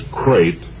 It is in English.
crate